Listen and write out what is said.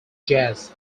jazz